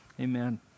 Amen